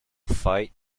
fight